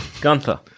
Gunther